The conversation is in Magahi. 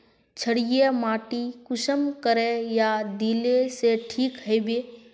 क्षारीय माटी कुंसम करे या दिले से ठीक हैबे?